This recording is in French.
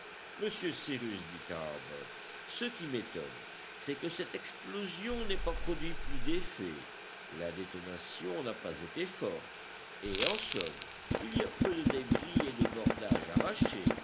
monsieur cyrus dit harbert ce qui m'étonne c'est que cette explosion n'ait pas produit plus d'effet la détonation n'a pas été forte et en somme il y a peu de débris et de bordages arrachés